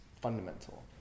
fundamental